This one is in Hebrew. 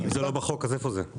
אם זה לא בחוק אז איפה זה?